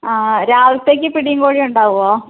രാവിലത്തേക്ക് പിടിയും കോഴിയും ഉണ്ടാകുമോ